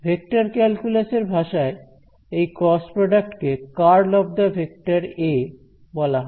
vector calculus এর ভাষায় এই ক্রস প্রডাক্ট কে কার্ল অফ দা ভেক্টর এ বলা হয়